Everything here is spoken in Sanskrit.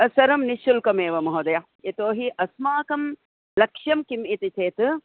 सर्वं निःशुल्कमेव महोदय यतोहि अस्माकं लक्ष्यं किम् इति चेत्